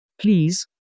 Please